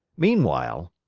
meanwhile,